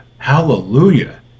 hallelujah